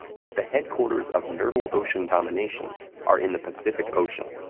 but the headquarters of nurdle ocean domination are in the pacific ocean,